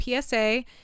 PSA